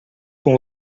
com